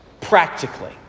practically